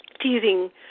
teasing